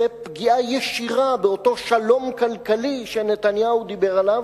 זו פגיעה ישירה באותו שלום כלכלי שנתניהו דיבר עליו,